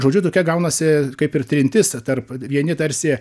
žodžiu tokia gaunasi kaip ir trintis tarp vieni tarsi